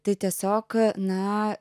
tai tiesiog na